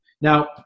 Now